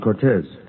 Cortez